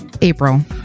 April